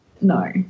no